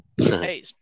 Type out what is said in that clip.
Hey